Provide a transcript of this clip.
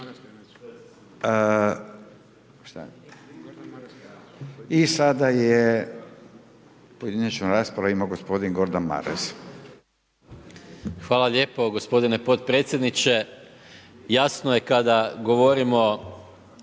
I sada je, pojedinačnu raspravu ima gospodin Gordan Maras.